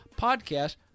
podcast